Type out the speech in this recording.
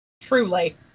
truly